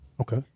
okay